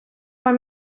вам